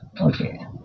Okay